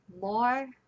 more